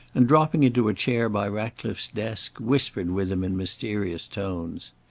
and, dropping into a chair by ratcliffe's desk, whispered with him in mysterious tones.